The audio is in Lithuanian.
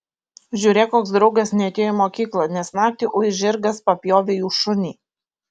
žiūrėk koks draugas neatėjo į mokyklą nes naktį uis žirgas papjovė jų šunį